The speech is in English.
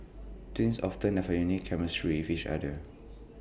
twins often have A unique chemistry with each other